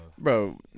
Bro